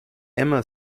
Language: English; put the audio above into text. emma